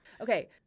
Okay